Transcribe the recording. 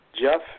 Jeff